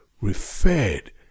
referred